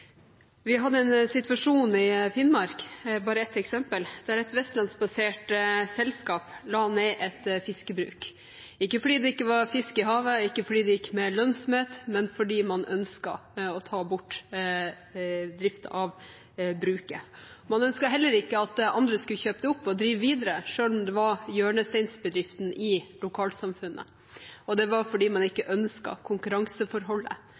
Vi hadde en situasjon i Finnmark der et vestlandsbasert selskap la ned et fiskebruk – ikke fordi det ikke var fisk i havet, ikke fordi det ikke var lønnsomhet i det, men fordi man ønsket å ta bort driften av bruket. Man ønsket heller ikke at andre skulle kjøpe det opp og drive videre, selv om det var hjørnesteinsbedriften i lokalsamfunnet. Det var fordi man